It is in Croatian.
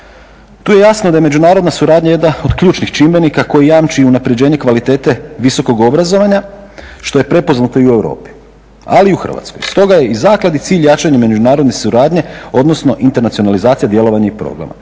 Tu je jasno da je međunarodna suradnja jedna od ključnih čimbenika koji jamči i unaprjeđenje kvalitete visokog obrazovanja što je prepoznato i u Europi ali i u Hrvatskoj. Stoga je i zakladi cilj jačanje međunarodne suradnje odnosno internacionalizacija djelovanja i programa.